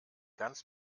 ganz